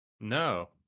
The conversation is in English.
no